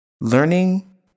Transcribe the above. Learning